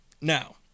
Now